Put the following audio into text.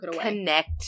connect